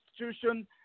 institution